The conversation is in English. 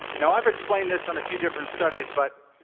now i've explained this on a few different studies. but